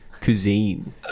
cuisine